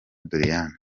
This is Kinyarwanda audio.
doriane